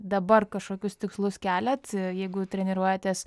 dabar kažkokius tikslus keliat jeigu treniruojatės